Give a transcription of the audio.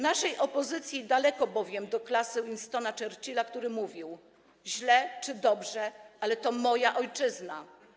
Naszej opozycji daleko bowiem do klasy Winstona Churchilla, który mówił: źle czy dobrze, ale to moja ojczyzna.